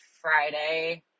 Friday